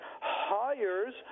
hires